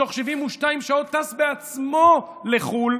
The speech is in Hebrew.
ובתוך 72 שעות טס בעצמו לחו"ל,